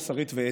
מוסרית ואתית.